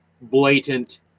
blatant